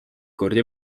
kordi